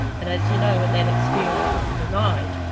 and as you know, when that experience is denied,